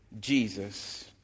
Jesus